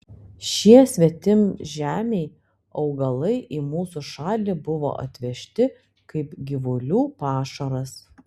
šie svetimžemiai augalai į mūsų šalį buvo atvežti kaip gyvulių pašaras